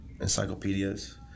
encyclopedias